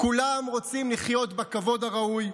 כולם רוצים לחיות בכבוד הראוי,